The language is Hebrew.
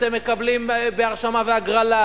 אתם מקבלים בהרשמה והגרלה.